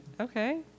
Okay